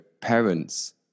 parents